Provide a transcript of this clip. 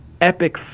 epic